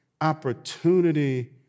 opportunity